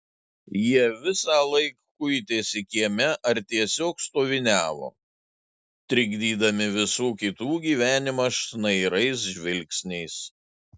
jie visąlaik kuitėsi kieme ar tiesiog stoviniavo trikdydami visų kitų gyvenimą šnairais žvilgsniais